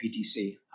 PTC